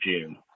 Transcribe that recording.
June